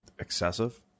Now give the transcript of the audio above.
Excessive